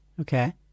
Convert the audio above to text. Okay